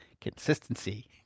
consistency